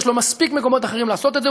יש לו מספיק מקומות אחרים לעשות את זה.